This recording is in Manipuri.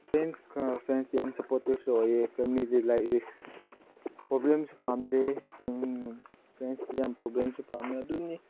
ꯐ꯭ꯔꯦꯟꯁꯀ ꯐ꯭ꯔꯦꯟꯁꯇꯤ ꯌꯥꯝ ꯁꯞꯄ꯭ꯣꯔꯠꯇꯤꯞꯁꯨ ꯑꯣꯏꯌꯦ ꯐꯦꯃꯤꯂꯤꯗꯤ ꯂꯥꯏꯛ ꯔꯤꯁꯛ ꯄ꯭ꯔꯣꯕ꯭ꯂꯦꯝꯁꯨ ꯄꯥꯝꯗꯦ ꯐ꯭ꯔꯦꯟꯁꯇꯤ ꯌꯥꯝ ꯄ꯭ꯔꯣꯕ꯭ꯂꯦꯝꯁꯨ ꯄꯥꯝꯃꯤ ꯑꯗꯨꯅꯤ